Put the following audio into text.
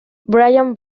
bryan